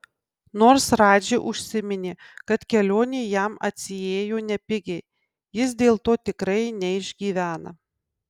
nors radži užsiminė kad kelionė jam atsiėjo nepigiai jis dėl to tikrai neišgyvena